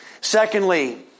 Secondly